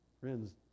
Friends